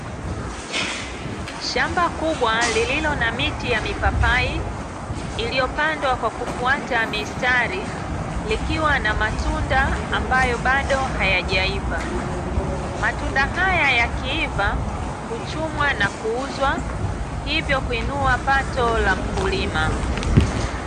Shamba kubwa lililo na miti ya mipapai, iliyo pandwa kwa kufata mistari, likiwa namtunda ambayo bado hayajaiva, matunda haya yaki iva huchumwa na kuuzwa, hivyo kuinua pato la mkulima.